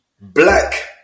black